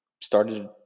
started